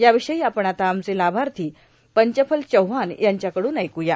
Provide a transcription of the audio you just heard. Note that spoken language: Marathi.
याविषयी आपण आता आमचे लाभार्थी पंचफल चौहान यांच्याकडून ऐक या